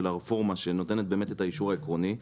של הרפורמה שנותנת באמת את האישור העקרוני.